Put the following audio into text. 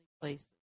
places